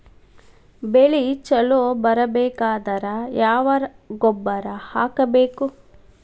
ಬೆಳಿ ಛಲೋ ಬರಬೇಕಾದರ ಯಾವ ಗೊಬ್ಬರ ಹಾಕಬೇಕು?